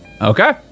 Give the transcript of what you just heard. Okay